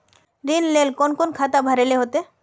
ऋण लेल कोन कोन खाता भरेले होते?